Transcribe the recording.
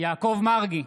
יעקב מרגי,